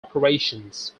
operations